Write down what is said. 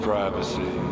Privacy